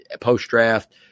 post-draft